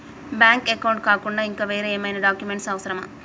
Bank account కాకుండా ఇంకా వేరే ఏమైనా డాక్యుమెంట్స్ అవసరమా?